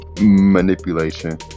manipulation